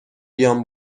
بیام